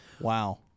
Wow